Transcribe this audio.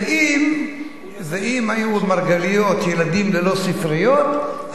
ואם היו במרגליות ילדים ללא ספריות,